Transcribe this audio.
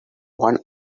one